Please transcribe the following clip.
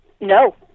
No